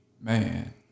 Man